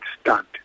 stunt